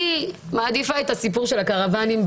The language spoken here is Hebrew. אני מעדיפה את הסיפור של הקרוואנים,